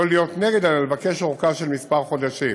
לא להיות נגד אבל לבקש ארכה של כמה חודשים.